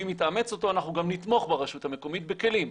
ואם היא תאמץ אותו אנחנו גם נתמוך ברשות המקומית בכלים.